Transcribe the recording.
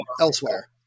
elsewhere